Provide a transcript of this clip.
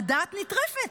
הדעת נטרפת.